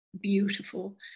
beautiful